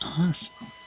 Awesome